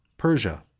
persia,